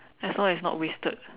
as long as not wasted